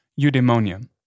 eudaimonia